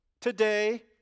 today